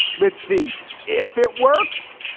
let's see if it works.